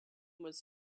was